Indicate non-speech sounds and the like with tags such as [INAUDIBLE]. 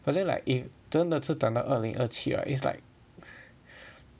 but then like if 真的是等到二零二七 right is like [BREATH]